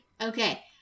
Okay